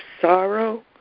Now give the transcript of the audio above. sorrow